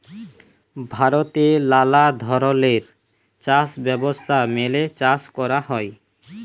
ভারতে লালা ধরলের চাষ ব্যবস্থা মেলে চাষ ক্যরা হ্যয়